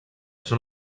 són